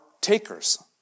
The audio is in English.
takers